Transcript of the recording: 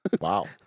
Wow